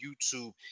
YouTube